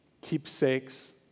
keepsakes